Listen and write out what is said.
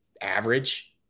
average